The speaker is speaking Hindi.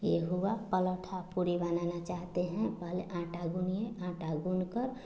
यह हुआ परांठा पूड़ी बनाना चाहते हैं पहले आटा गूंथिए आटा गूंथकर